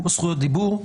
יש פה זכויות דיבור.